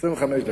25 דקות.